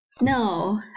No